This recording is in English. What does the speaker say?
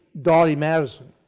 dolly madison.